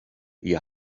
the